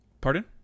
pardon